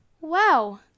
wow